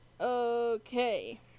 Okay